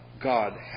God